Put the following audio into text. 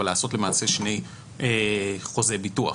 לעשות למעשה שני חוזי ביטוח.